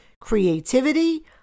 creativity